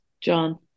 John